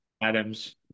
Adams